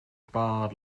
barred